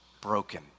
broken